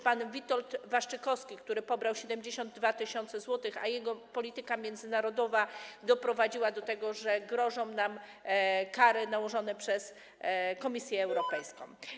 Pan Witold Waszczykowski, który pobrał 72 tys. zł, a jego polityka międzynarodowa doprowadziła do tego, że grożą nam kary nałożone przez Komisję Europejską.